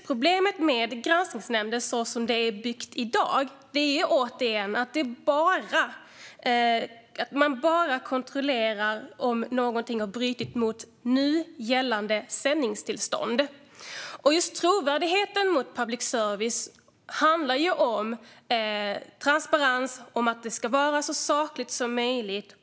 Problemet med granskningsnämnden, så som den är uppbyggd i dag, är - återigen - att man bara kontrollerar om någon har brutit mot nu gällande sändningstillstånd. Trovärdigheten när det gäller public service handlar om transparens och om att det ska vara så sakligt som möjligt.